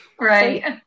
right